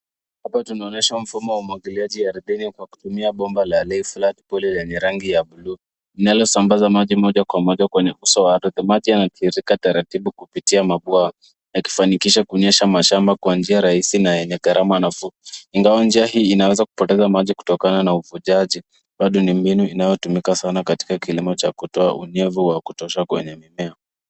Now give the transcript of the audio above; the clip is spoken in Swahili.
Hapa tunaonyeshwa mfumo wa umwagiliaji ardhini kwa kutumia bomba la lay flat poly lenye rangi ya bluu linalosambaza maji moja kwa moja kwenye uso wa ardhi. Maji yanatiririka taratibu kupitia mabwawa yakifanikisha kunyesha mashamba kwa njia rahisi na yenye gharama nafuu ingawa njia hii inaweza kupoteza maji kutokana na uvujaji bado ni mbinu inayotumika sana katika kilimo cha kutoa unyevu wa kutosha kwenye mimea.